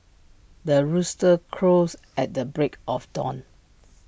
the rooster crows at the break of dawn